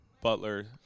Butler